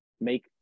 make